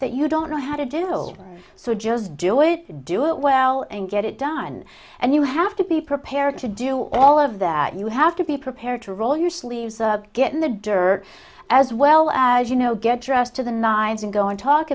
that you don't know how to do so just do it do it well and get it done and you have to be prepared to do all of that you have to be prepared to roll your sleeves get in the dirt as well as you know get dressed to the nines and go and talk